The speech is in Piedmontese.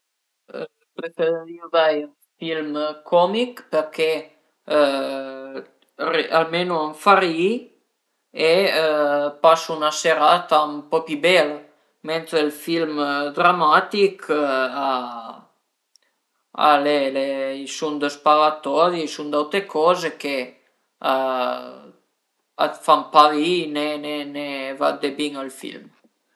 Preferirìu vei ën film comich perché almenu a m'fa ri-i e pasu 'na serata ën po pi bela, mentre ël film dramatich al e a i sun dë sparatorie, a i sun d'autre coze che a t'fan pa ri-i ne vardé bin ël film